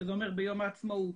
שזה אומר ביום העצמאות,